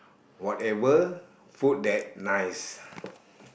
whatever food that nice